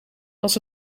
als